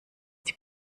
die